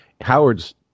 Howard's